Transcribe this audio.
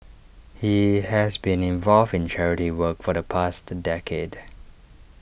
he has been involved in charity work for the past decade